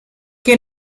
que